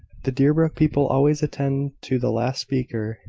the deerbrook people always attend to the last speaker.